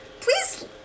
Please